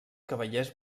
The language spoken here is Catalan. cavallers